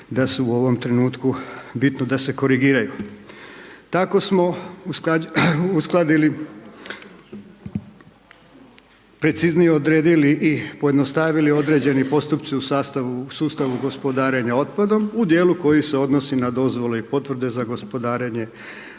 da su u ovom trenutku, bitno da se korigiraju. Tako smo uskladili, preciznije odredili i pojednostavili određeni postupci u sustavu gospodarenja otpadom u dijelu koji se odnosi na dozvole i potvrde za gospodarenje otpadom.